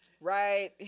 Right